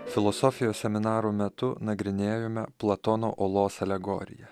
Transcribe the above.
filosofijos seminaro metu nagrinėjome platono olos alegoriją